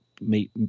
meet